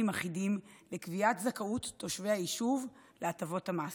אחידים לקביעת זכאות תושבי היישוב להטבות המס.